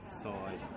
side